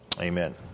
Amen